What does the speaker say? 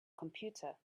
computer